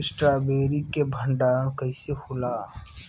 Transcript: Strawberry के भंडारन कइसे होला?